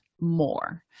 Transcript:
more